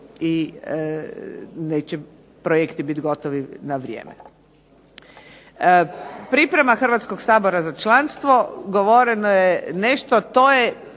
i neće projekti bit gotovi na vrijeme. Priprema Hrvatskog sabora za članstvo. Govoreno je nešto, to je